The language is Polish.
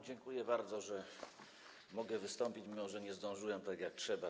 Dziękuję bardzo, że mogę wystąpić, mimo że nie zdążyłem, tak jak trzeba.